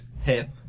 Hip